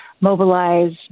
mobilize